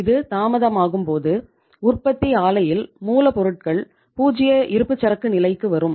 இது தாமதமாகும்போது உற்பத்தி ஆலையில் மூலப்பொருட்கள் பூஜ்ஜிய இருப்புச்சரக்கு நிலைக்கு வரும்